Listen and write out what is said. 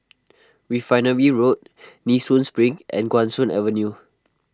Refinery Road Nee Soon Spring and Guan Soon Avenue